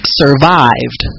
survived